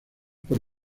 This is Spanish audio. por